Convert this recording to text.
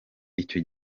icyo